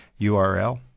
URL